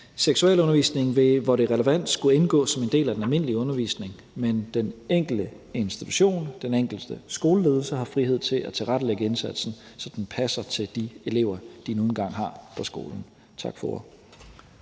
Seksualundervisningen vil, hvor det er relevant, skulle indgå som en del af den almindelige undervisning, men den enkelte institution, den enkelte skoleledelse har frihed til at tilrettelægge indsatsen, så den passer til de elever, de nu engang har på skolen. Tak for